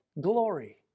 glory